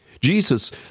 Jesus